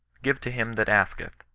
give to him that asketh,